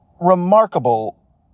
remarkable